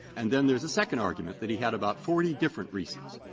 and then there's the second argument that he had about forty different reasons.